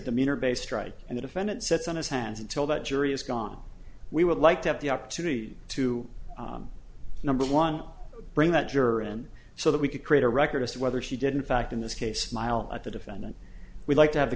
demeanor of a strike and the defendant sits on his hands until the jury is gone we would like to have the opportunity to number one bring that juror in so that we could create a record of whether she didn't fact in this case miles at the defendant we'd like to have the